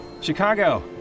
chicago